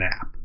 app